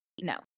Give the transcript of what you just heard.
no